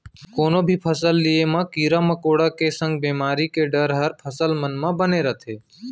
कोनो भी फसल लिये म कीरा मकोड़ा के संग बेमारी के डर हर फसल मन म बने रथे